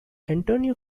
antonio